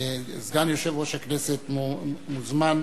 סגן יושב-ראש הכנסת, מוזמן